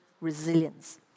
resilience